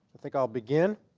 think i'll begin